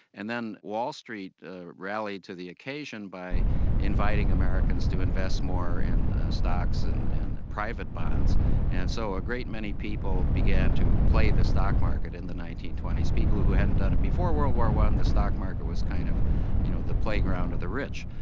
and then wall street rallied to the occasion by inviting americans to invest more in stocks and and and private bonds and so a great many people began to play the stock market in the nineteen twenty s, people who hadn't done it before world war i. um the stock market was kind of you know the playground of the rich.